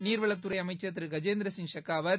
நீர்வளத்துறை அமைச்சர் திரு கஜேந்திர சிங் செகாவத்